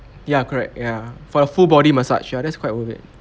ya correct ya for a full body massage ya that's quite worth it